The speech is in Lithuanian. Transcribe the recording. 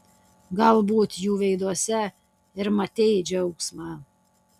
galbūt jų veiduose ir matei džiaugsmą